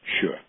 Sure